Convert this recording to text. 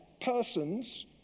persons